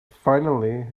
finally